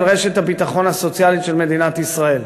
רשת הביטחון הסוציאלי של מדינת ישראל.